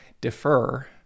defer